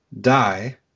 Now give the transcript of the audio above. die